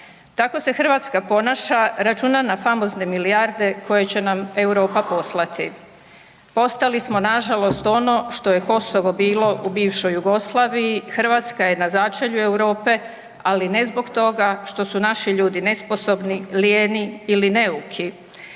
Tako se Hrvatska ponaša, računa na famozne milijarde koje će nam Europa poslati. Postali smo nažalost ono što je Kosovo bilo u bivšoj Jugoslaviji. Hrvatska je na začelju Europe, ali ne zbog toga što su naši ljudi nesposobni, lijeni ili neuki.